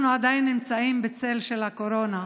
אנחנו עדיין נמצאים בצל הקורונה,